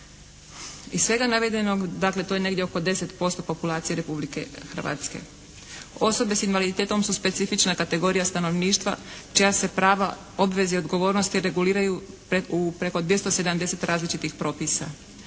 Iz svega navedenog to je negdje oko 10% populacije Republike Hrvatske. Osobe s invaliditetom su specifična kategorija stanovništva čija se prava, obveze i odgovornosti reguliraju u preko 270 različitih propisa.